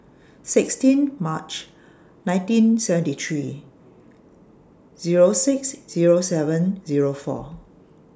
sixteen March nineteen seventy three Zero six Zero seven Zero four